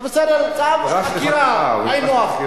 בסדר, צו חקירה, היינו הך.